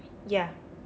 ya